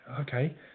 Okay